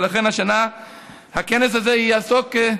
ולכן השנה הכנס הזה יעסוק,